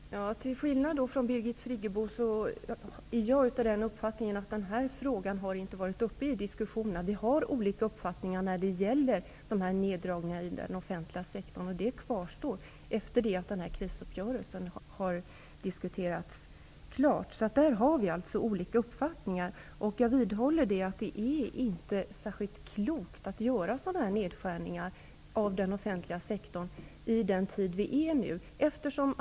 Herr talman! Till skillnad från Birgit Friggebo är jag av uppfattningen att den här frågan inte har varit uppe i diskussionerna. Vi har olika uppfattningar när det gäller neddragningen i den offentliga sektorn, och de kvarstår även efter det att krisuppgörelsen har diskuterats klart. Jag vidhåller att det inte är särskilt klokt att göra sådana här neddragningar i den offentliga sektorn i den situation vi nu befinner oss i.